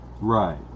Right